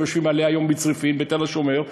הם יושבים עליה היום, בצריפין, בתל-השומר.